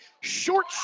Short